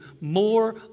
more